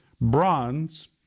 bronze